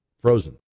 Frozen